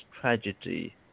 tragedy